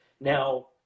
Now